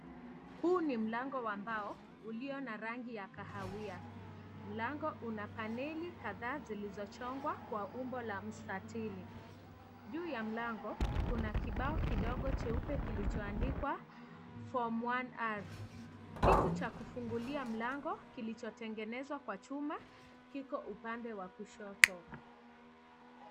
Huu ni mlango wa mbao ulio na rangi ya kahawia. Mlango Una paneli kadhaa zilizochongwa kwa umbo la mstathili. Juubya mlango kuna kibao kidogo jeupe kilichoandikwa from one heart . Kitu cha kufungia mlango kilichotengwnezwa Kwa chuma kiko upande wa kushoto.